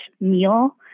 meal